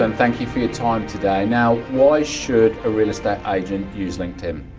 and thank you for your time today. now, why should a real estate agent use linkedin?